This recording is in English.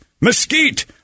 mesquite